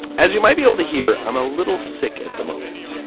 as you might be able to hear, i'm a little sick at the moment,